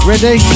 Ready